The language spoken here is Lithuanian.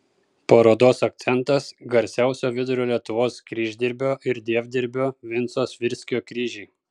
parodos akcentas garsiausio vidurio lietuvos kryždirbio ir dievdirbio vinco svirskio kryžiai